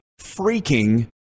freaking